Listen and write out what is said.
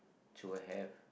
to have